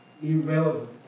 Irrelevant